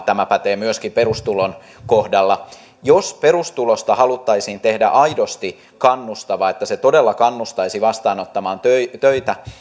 tämä pätee myöskin perustulon kohdalla jos perustulosta haluttaisiin tehdä aidosti kannustava että se todella kannustaisi vastaanottamaan töitä töitä